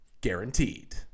guaranteed